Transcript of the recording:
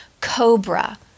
cobra